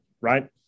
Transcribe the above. right